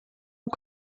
und